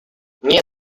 nie